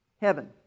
heaven